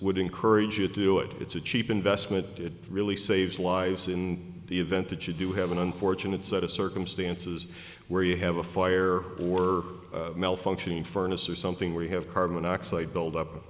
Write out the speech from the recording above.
would encourage you to do it it's a cheap investment it really saves lives in the event that you do have an unfortunate set of circumstances where you have a fire or furnace or something where you have carbon dioxide build up